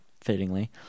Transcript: fittingly